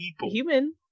human